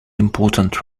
important